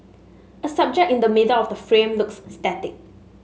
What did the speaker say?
a subject in the middle of the frame looks static